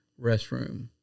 restroom